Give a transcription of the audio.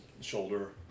shoulder